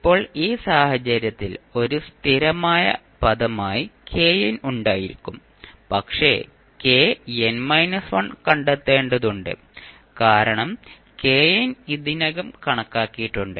ഇപ്പോൾ ഈ സാഹചര്യത്തിൽ ഒരു സ്ഥിരമായ പദമായി kn ഉണ്ടായിരിക്കും പക്ഷേ kn 1 കണ്ടെത്തേണ്ടതുണ്ട് കാരണം kn ഇതിനകം കണക്കാക്കിയിട്ടുണ്ട്